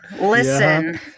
Listen